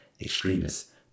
Extremists